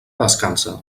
descansa